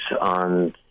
on